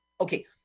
okay